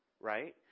right